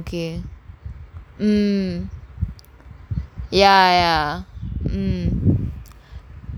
mm ya ya mm mm